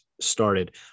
started